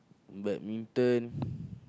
badminton